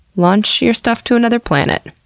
launch your stuff to another planet.